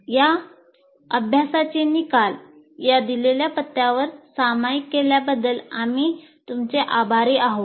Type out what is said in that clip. या अभ्यासाचे निकाल या पत्त्यावर सामायिक केल्याबद्दल आम्ही आपले आभारी आहोत